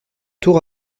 tour